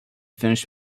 finish